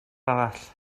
arall